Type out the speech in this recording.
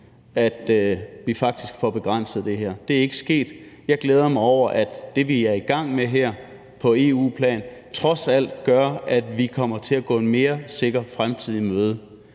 at vi faktisk får begrænset det her. Det er ikke sket. Men jeg glæder mig over, at det, vi her er i gang med på EU-plan, trods alt gør, at vi kommer til at gå en mere sikker fremtid i møde.